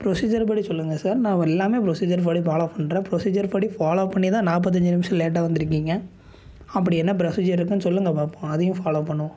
procedure படி சொல்லுங்கள் sir நான் எல்லாமே ப்ரொசீஜர் படி ஃபாலோ பண்றேன் ப்ரொசீஜர் படி ஃபாலோ பண்ணிதான் நாற்பத்தஞ்சி நிமிடம் லேட்டாக வந்திருக்கீங்க அப்படி என்ன ப்ரொசீஜர் இருக்குன்னு சொல்லுங்கள் பார்ப்போம் அதையும் ஃபாலோ பண்ணுவோம்